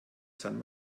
san